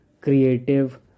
creative